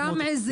גם עיזים.